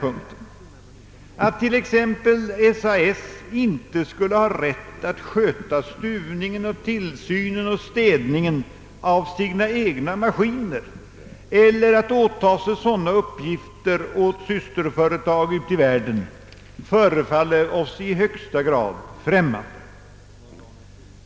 Att SAS t.ex. inte skulle ha rätt att sköta stuvning, tillsyn, städning o.s.v. av sina egna plan eller att åta sig sådana uppgifter för systerbolag ute i världen förefaller oss i högsta grad främmande.